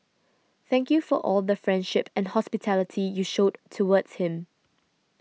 thank you all for the friendship and hospitality you showed towards him